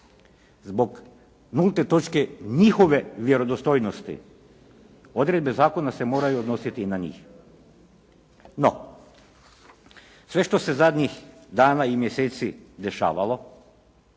zbog nulte točke njihove vjerodostojnosti odredbe zakona se moraju odnositi na njih. No sve što se zadnjih dana i mjeseci dešavalo